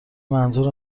منظور